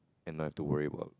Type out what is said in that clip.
and I have to worry about